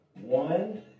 One